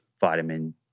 vitamin